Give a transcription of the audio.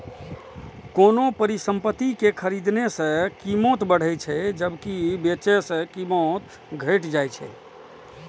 कोनो परिसंपत्ति कें खरीदने सं कीमत बढ़ै छै, जबकि बेचै सं कीमत घटि जाइ छै